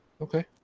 Okay